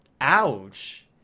Ouch